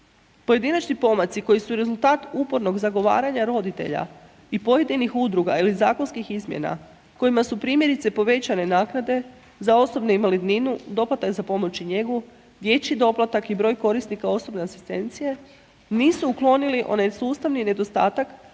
Pojedinačni pomaci koji su rezultat upornog zagovaranja roditelja i pojedinih udruga ili zakonskih izmjena kojima su primjerice povećane naknade za osobu invalidninu, doplatak za pomoć i njegu, dječji doplatak i broj korisnika osobne asistencije nisu uklonili onaj sustavni nedostatak